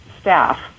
staff